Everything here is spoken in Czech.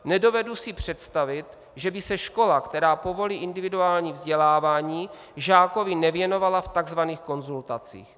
Nedovedu si představit, že by se škola, která povolí individuální vzdělávání, žákovi nevěnovala v takzvaných konzultacích.